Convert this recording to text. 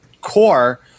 core –